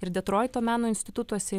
ir detroito meno institutuose